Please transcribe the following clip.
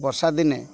ବର୍ଷା ଦିନେ